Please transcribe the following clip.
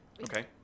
okay